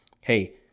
hey